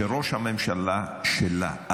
ראש הממשלה שלה,